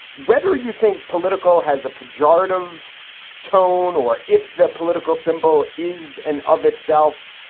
whether you think political has a pejorative tone or if the political symbol is an of itself,